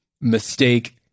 mistake